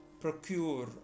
procure